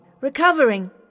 Recovering